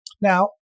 Now